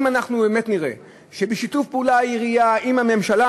אם אנחנו באמת נראה שיתוף פעולה בין העירייה לממשלה,